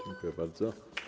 Dziękuję bardzo.